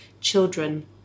children